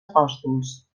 apòstols